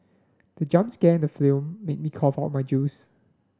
the jump scare in the film made me cough out my juice